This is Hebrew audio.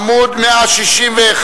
עמוד 161,